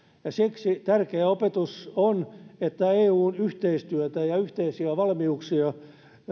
siksi tärkeä opetus on että eun yhteistyötä ja yhteisiä valmiuksia